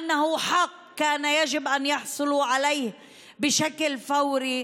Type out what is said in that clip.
שהוא זכות שהגיע להם לקבלה באופן מיידי,